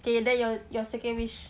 ok then your second wish